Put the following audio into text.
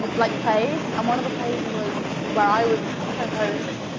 and like, plays, and one of the plays was, where i was a talk-show host,